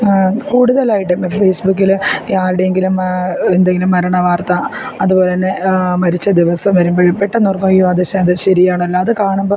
കൂടുതലായിട്ടും ഫേസ്ബുക്കിൽ ആരുടെയെങ്കിലും എന്തെങ്കിലും മരണ വാർത്ത അതുപോലെ തന്നെ മരിച്ച ദിവസം വരുമ്പോഴും പെട്ടെന്ന് ഓർക്കും അയ്യോ അത് ശ് ശരി ശരിയാണല്ലോ അതു കാണുമ്പോൾ